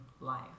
life